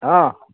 অঁ